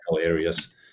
areas